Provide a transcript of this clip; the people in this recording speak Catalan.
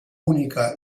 única